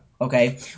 okay